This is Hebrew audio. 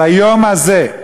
אבל היום הזה,